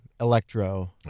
Electro